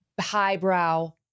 highbrow